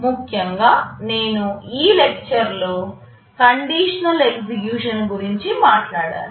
ముఖ్యంగా నేను ఈ లెక్చర్ లో కండిషనల్ ఎగ్జిక్యూషన్ గురించి మాట్లాడాను